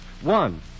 One